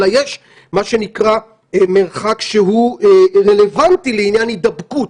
אלא יש, מה שנקרא, מרחק רלוונטי לעניין הידבקות.